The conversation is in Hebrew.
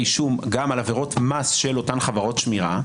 אישום גם על עבירות מס של אותן חברות שמירה,